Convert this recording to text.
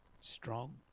Strong